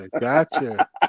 gotcha